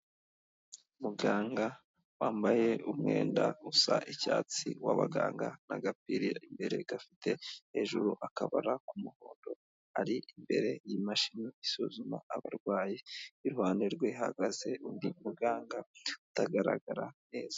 Muganga wambaye umwenda usa icyatsi w'abaganga n'agapira imbere gafite hejuru akabara k'umuhondo, ari imbere y'imashini isuzuma abarwayi, iruhande rwe hahagaze undi muganga utagaragara neza.